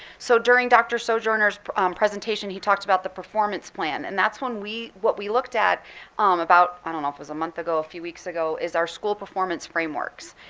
so during dr. sojourner's um presentation, he talked about the performance plan. and that's one we what we looked at about, i don't know if it was a month ago, a few weeks ago, is our school performance frameworks.